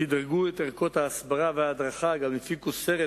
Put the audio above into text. שדרגו את ערכות ההסברה וההדרכה וגם הפיקו סרט